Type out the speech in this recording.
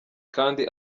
kandi